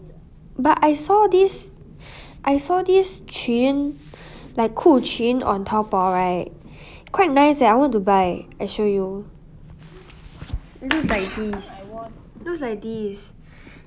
but I saw this I saw this 裙 like 裤裙 on Taobao right quite nice leh I want to buy I show you it looks like this looks like this